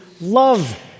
love